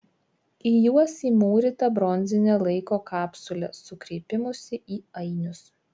į juos įmūryta bronzinė laiko kapsulė su kreipimusi į ainius